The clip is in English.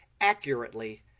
accurately